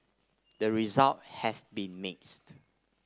the results have been mixed